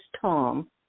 Tom